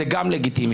זה גם לגיטימי.